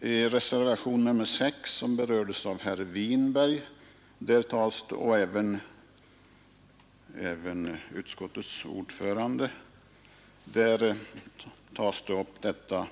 I reservationen 6, som berördes av herr Winberg och även av utskottets ordförande, behandlas frågan om